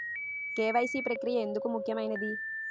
KYC ప్రక్రియ ఎందుకు ముఖ్యమైనది?